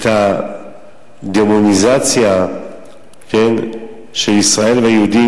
את הדמוניזציה של ישראל והיהודים,